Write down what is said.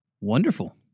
Wonderful